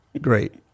Great